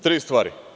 Tri stvari.